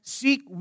seek